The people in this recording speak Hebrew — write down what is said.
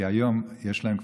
כי היום כבר יש להם כבוד,